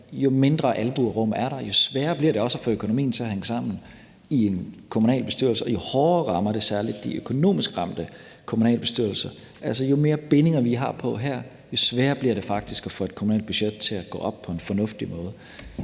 jo mindre albuerum er der, og jo sværere bliver det også at få økonomien til at hænge sammen i en kommunalbestyrelse, og jo hårdere rammer det særlig også de økonomisk ramte kommunalbestyrelser. Altså, jo flere bindinger vi har på det her, jo sværere bliver det faktisk også at få et kommunalt budget til at gå op på en fornuftig måde.